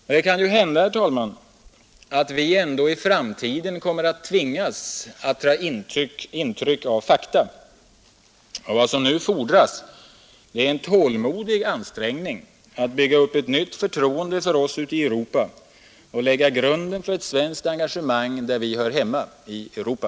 Men det kan ju hända, herr talman, att vi ändå i framtiden kommer att tvingas ta intryck av fakta. Vad som nu fordras är en tålmodig ansträngning att bygga upp ett nytt förtroende för oss i Europa och lägga grunden för ett svenskt engagemang där vi hör hemma: i Europa.